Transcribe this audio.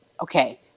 Okay